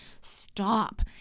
stop